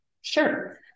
Sure